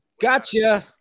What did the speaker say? gotcha